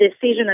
decision